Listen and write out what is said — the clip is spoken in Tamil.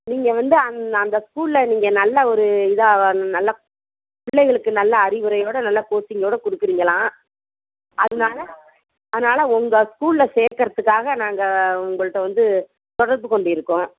நீங்கள் வந்து அந் அந்த ஸ்கூலில் நீங்கள் நல்ல ஒரு இதாக நல்லப் பிள்ளைகளுக்கு நல்ல அறிவுரையோடய நல்ல கோச்சிங்கோடய கொடுக்குறீங்களாம் அதனால அதனால உங்க ஸ்கூலில் சேக்கறத்துக்காக நாங்கள் உங்கள்கிட்ட வந்து தொடர்பு கொண்டியிருக்கோம்